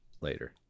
later